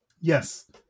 Yes